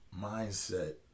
mindset